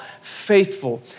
faithful